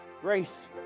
grace